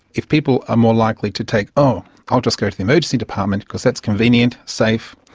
if people are more likely to take oh, i'll just go to the emergency department because that's convenient, safe',